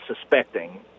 suspecting